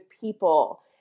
people